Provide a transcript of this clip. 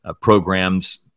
programs